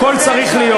הכול צריך להיות.